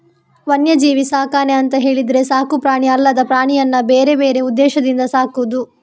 ವನ್ಯಜೀವಿ ಸಾಕಣೆ ಅಂತ ಹೇಳಿದ್ರೆ ಸಾಕು ಪ್ರಾಣಿ ಅಲ್ಲದ ಪ್ರಾಣಿಯನ್ನ ಬೇರೆ ಬೇರೆ ಉದ್ದೇಶದಿಂದ ಸಾಕುದು